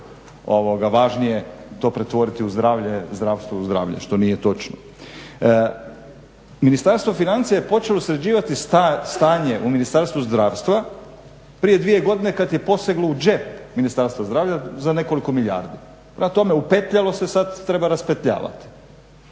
važnije to pretvoriti u zdravlje, zdravstvo u zdravlje što nije točno. Ministarstvo financija je počelo sređivati stanje u Ministarstvu zdravstva prije dvije godine kad je poseglo u džep Ministarstva zdravlja za nekoliko milijardi. Prema tome, upetljalo se, sad treba raspetljavati.